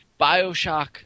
Bioshock